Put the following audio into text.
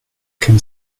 can